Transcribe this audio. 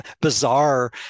bizarre